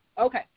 Okay